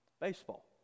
baseball